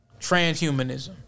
transhumanism